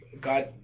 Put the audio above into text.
God